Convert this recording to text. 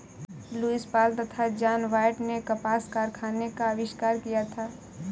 Lewis Paul तथा John Wyatt ने कपास कारखाने का आविष्कार किया था